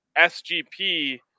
SGP